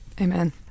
Amen